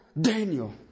Daniel